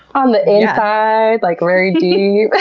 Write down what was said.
on the inside, like very deep.